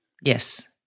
Yes